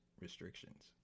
restrictions